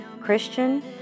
Christian